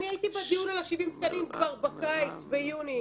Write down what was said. אני הייתי בדיון על 70 התקנים כבר בקיץ ביוני.